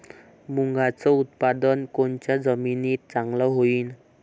मुंगाचं उत्पादन कोनच्या जमीनीत चांगलं होईन?